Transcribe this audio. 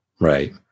Right